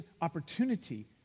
opportunity